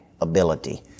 Ability